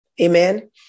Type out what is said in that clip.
Amen